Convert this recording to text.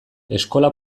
eskola